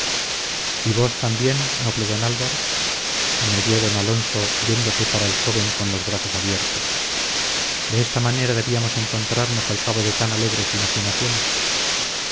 y vos también noble don álvaro añadió don alonso yéndose para el joven con los brazos abiertos de esta manera debíamos encontrarnos al cabo de tan alegres imaginaciones